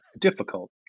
difficult